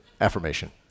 affirmation